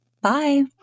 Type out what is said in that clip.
Bye